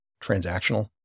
transactional